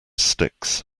sticks